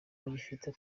bagifite